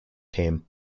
team